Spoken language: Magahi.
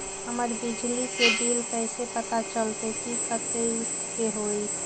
हमर बिजली के बिल कैसे पता चलतै की कतेइक के होई?